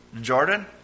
Jordan